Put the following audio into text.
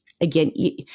Again